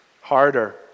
harder